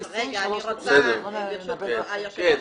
ברשות היושב ראש,